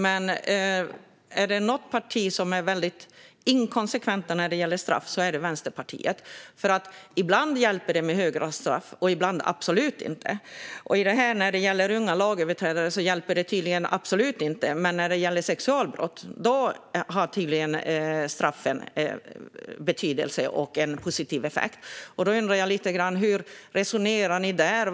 Vänsterpartiet är dock inkonsekvent, för ibland hjälper det med höga straff och ibland absolut inte. När det gäller unga lagöverträdare hjälper det tydligen inte alls, men vid sexualbrott har straffen betydelse och en positiv effekt. Hur resonerar Vänsterpartiet här?